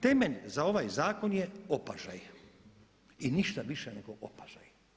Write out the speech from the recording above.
Temelj za ovaj zakon je opažaj i ništa više nego opažaj.